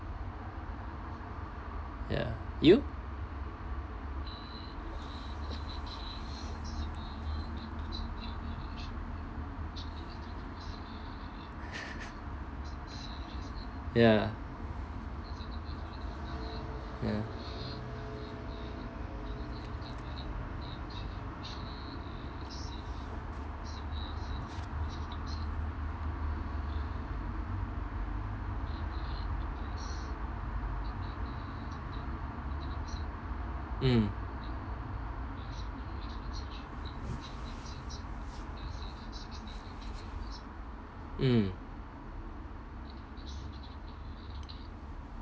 ya you ya mm mm